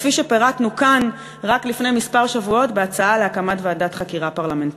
כפי שפירטנו כאן רק לפני כמה שבועות בהצעה להקמת ועדת חקירה פרלמנטרית.